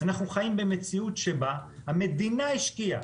אנחנו חיים במציאות שבה המדינה השקיעה,